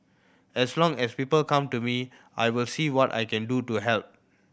as long as people come to me I will see what I can do to help